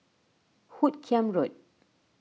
Hoot Kiam Road